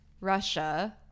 Russia